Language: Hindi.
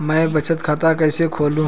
मैं बचत खाता कैसे खोलूं?